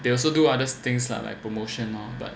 they also do other things lah like promotion lah but